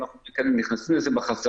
בימים אלה אנחנו נכנסים לזה בחזרה.